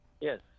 Yes